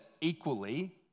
equally